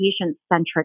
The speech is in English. patient-centric